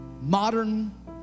modern